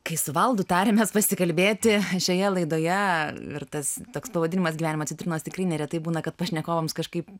kai su valdu tarėmės pasikalbėti šioje laidoje ir tas toks pavadinimas gyvenimo citrinos tikrai neretai būna kad pašnekovams kažkaip